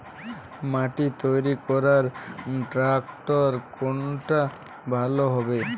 মাটি তৈরি করার ট্রাক্টর কোনটা ভালো হবে?